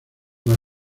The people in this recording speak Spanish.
más